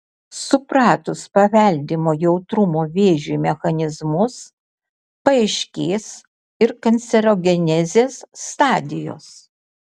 supratus paveldimo jautrumo vėžiui mechanizmus paaiškės ir kancerogenezės stadijos